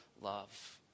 love